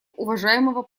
уважаемого